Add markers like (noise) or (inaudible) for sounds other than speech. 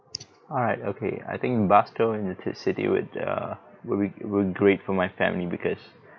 (noise) alright okay I think bus tour in the city would err will be would be great for my family because